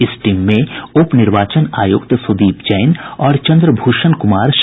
इस टीम में उपनिर्वाचन आयुक्त सुदीप जैन और चंद्रभूषण कुमार शामिल थे